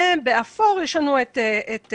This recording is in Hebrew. בצבע אפור ספטמבר.